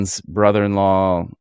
brother-in-law